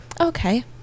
okay